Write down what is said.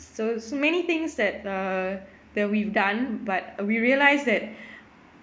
so so many things that err that we've done but uh we realised that